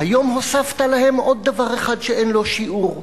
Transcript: והיום הוספת להם עוד דבר אחד שאין לו שיעור.